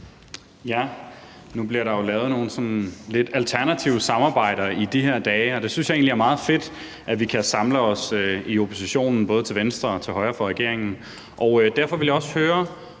Nu bliver der jo lavet nogle lidt alternative samarbejder i de her dage, og det synes jeg egentlig er meget fedt, altså at vi kan samle os i oppositionen både til venstre og til højre for regeringen. Derfor ville jeg også høre,